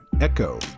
Echo